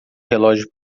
relógio